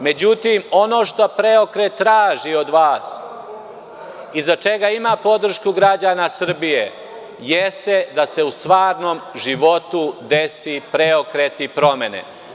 Međutim, ono što Preokret traži od vas i za čega ima podršku građana Srbije, jeste da se u stvarnom životu desi preokret i promene.